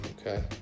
okay